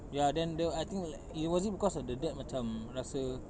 ya then the I think like was it because of the dad macam rasa